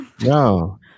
No